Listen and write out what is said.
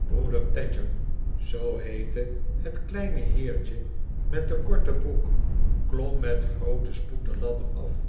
broeder tadger zoo heette het kleine heertje met de korte broek klom met grooten spoed de ladder af